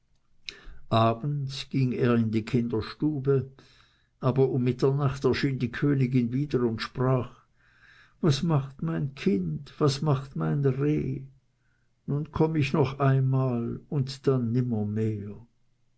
abends ging er in die kinderstube aber um mitternacht erschien die königin wieder und sprach was macht mein kind was macht mein reh nun komm ich noch einmal und dann